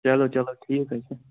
چلو چلو ٹھیٖک حظ چھِ